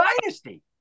Dynasty